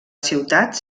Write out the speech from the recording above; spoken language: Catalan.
ciutat